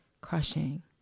crushing